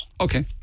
Okay